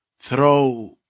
throw